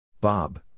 Bob